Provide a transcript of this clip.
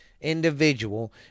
individual